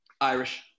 Irish